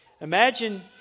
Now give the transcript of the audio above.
Imagine